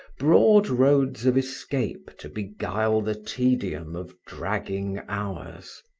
broad roads of escape to beguile the tedium of dragging hours.